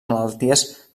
malalties